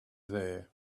there